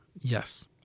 Yes